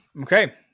Okay